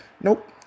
Nope